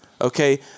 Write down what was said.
okay